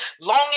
long